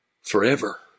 forever